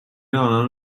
آنان